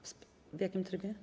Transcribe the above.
W jakim trybie?